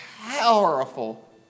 powerful